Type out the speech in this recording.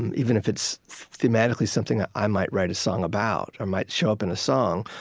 and even if it's thematically something i might write a song about or might show up in a song.